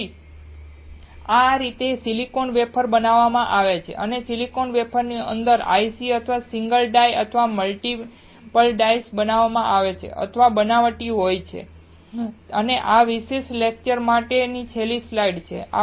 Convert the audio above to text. તેથી આ રીતે સિલિકોન વેફર બનાવવામાં આવે છે અને સિલિકોન વેફરની અંદર આઇસી અથવા સિંગલ ડાઈ અથવા મલ્ટીપલ ડાઇસ બનાવવામાં આવે છે અથવા બનાવટી હોય છે અને આ આ વિશેષ લેક્ચર માટેની છેલ્લી સ્લાઇડ છે